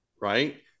right